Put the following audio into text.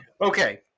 Okay